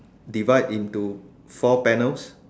divide into four panels